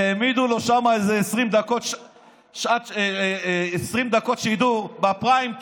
העמידו לו שם איזה 20 דקות שידור בפריים טיים,